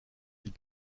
îles